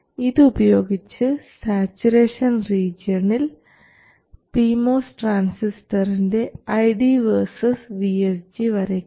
ഇത് ഉപയോഗിച്ച് സാച്ചുറേഷൻ റീജിയണിൽ പി മോസ് ട്രാൻസിസ്റ്ററിൻറെ ID vs VSG വരയ്ക്കാം